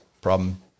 problem